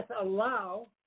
allow